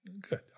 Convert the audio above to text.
Good